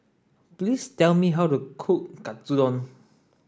please tell me how to cook Katsudon